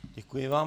Děkuji vám.